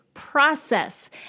process